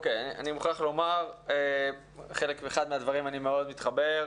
אני מוכרח לומר שלחלק מהדברים אני מאוד מתחבר.